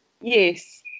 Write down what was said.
Yes